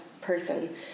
person